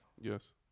Yes